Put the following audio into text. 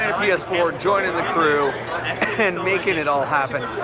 p s four, joining the crew and making it all happen.